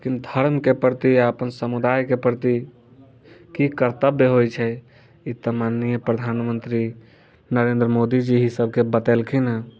लेकिन धर्म के प्रति अपन समुदाय के प्रति की कर्तव्य होइ छै ई तऽ माननीय प्रधानमन्त्री नरेन्द्र मोदी जी ही सबके बतेलखिन हँ